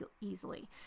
easily